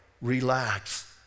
relax